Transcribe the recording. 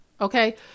Okay